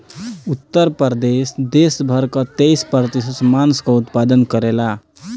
उत्तर प्रदेश देस भर कअ तेईस प्रतिशत मांस कअ उत्पादन करेला